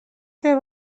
que